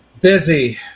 Busy